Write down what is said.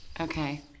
Okay